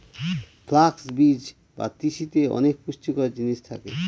flux বীজ বা তিসিতে অনেক পুষ্টিকর জিনিস থাকে